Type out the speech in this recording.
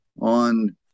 on